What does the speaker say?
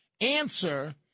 answer